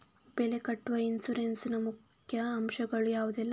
ಬೆಳೆಗೆ ಕಟ್ಟುವ ಇನ್ಸೂರೆನ್ಸ್ ನ ಮುಖ್ಯ ಅಂಶ ಗಳು ಯಾವುದೆಲ್ಲ?